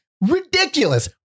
ridiculous